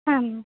ಹಾಂ ಮ್ಯಾಮ್